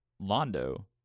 Londo